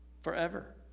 Forever